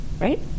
right